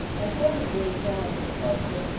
my friend is very fond of sculpture,